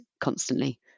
constantly